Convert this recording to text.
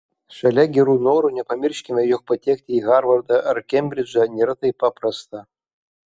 šalia gerų norų nepamirškime jog patekti į harvardą ar kembridžą nėra taip paprasta